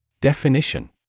Definition